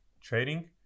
trading